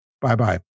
Bye-bye